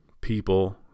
People